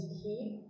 keep